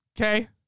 okay